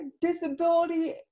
disability